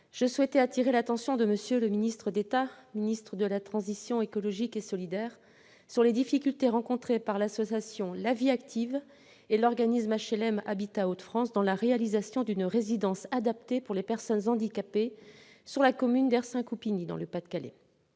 je souhaitais attirer l'attention de M. le ministre d'État, ministre de la transition écologique et solidaire, sur les difficultés rencontrées par l'association La Vie active et par l'organisme d'HLM Habitat Hauts-de-France dans la réalisation d'une résidence adaptée pour personnes handicapées dans la commune de Hersin-Coupigny, dans le Pas-de-Calais.